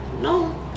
no